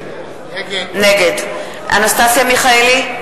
נגד אנסטסיה מיכאלי,